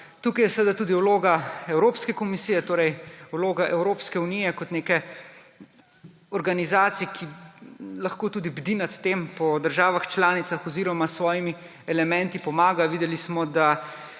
Tukaj je seveda tudi vloga Evropske komisije, torej vloga Evropske unije kot neke organizacije, ki lahko tudi bdi nad tem po državah članicah oziroma s svojimi elementi pomaga. Videli smo, da